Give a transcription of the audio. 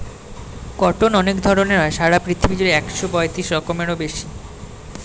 cotton অনেক ধরণ হয়, সারা পৃথিবী জুড়ে একশো পঁয়ত্রিশ রকমেরও বেশি